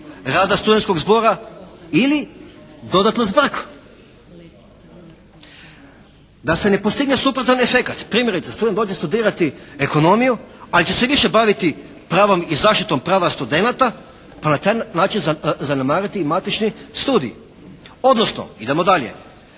rada studentskog zbora ili dodatnu zbrku, da se ne postigne suprotan efekat. Primjerice, student dođe studirati ekonomiju ali će se više baviti pravom i zaštitom prava studenata pa na taj način zanemariti i matični studij. Odnosno, idemo dalje,